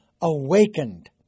Awakened